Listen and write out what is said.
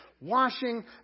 washing